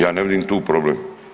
Ja ne vidim tu problem.